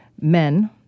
men